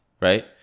right